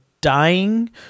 dying